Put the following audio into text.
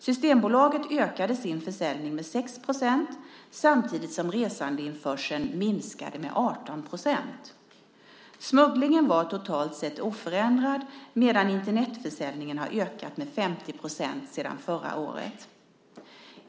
Systembolaget ökade sin försäljning med 6 % samtidigt som resandeinförseln minskade med 18 %. Smugglingen var totalt sett oförändrad, medan Internetförsäljningen har ökat med 50 % sedan förra året.